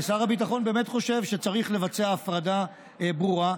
ושר הביטחון באמת חושב שצריך לבצע הפרדה ברורה,